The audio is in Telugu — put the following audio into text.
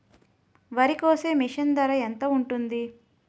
వరి కోసే మిషన్ ధర ఎంత ఉంటుంది?